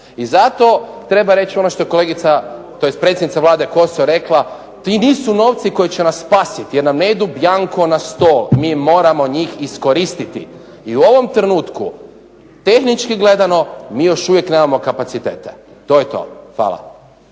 I zato treba reći ono što je kolegica tj. predsjednica Vlade Kosor rekla ti nisu novci koji će nas spasiti jer nam ne idu bjanko na stol, mi moramo njih iskoristiti. I u ovom trenutku tehnički gledano mi još uvijek nemamo kapacitete. To je to. Hvala.